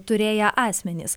turėję asmenys